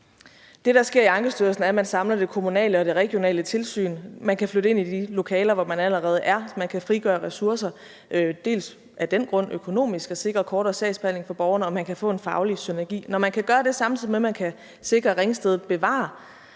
Det, der sker i Ankestyrelsen, er, at man samler det kommunale og det regionale tilsyn. Man kan flytte ind i de lokaler, hvor man allerede er. Man kan frigøre ressourcer. Det er af den grund økonomisk, og det sikrer kortere sagsbehandlingstid for borgerne, og man kan få en faglig synergi. Når man kan gøre det, samtidig med at man kan sikre, at Ringsted bevarer